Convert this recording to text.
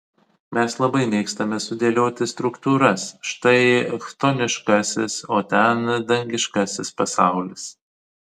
mes labai mėgstame sudėlioti struktūras štai chtoniškasis o ten dangiškasis pasaulis